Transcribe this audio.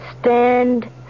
Stand